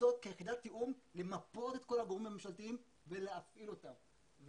לנסות כיחידת תיאום למפות את כל הגורמים הממשלתיים ולהפעיל אותם.